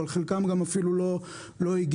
אבל חלקם אולי אפילו לא הגיעו.